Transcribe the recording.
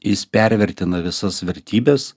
jis pervertina visas vertybes